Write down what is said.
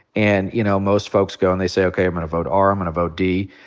and, you know, most folks go and they say, okay, i'm gonna vote r. i'm gonna vote d.